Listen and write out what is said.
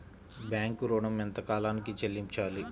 Bank ఋణం ఎంత కాలానికి చెల్లింపాలి?